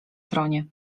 tronie